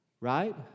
right